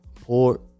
Port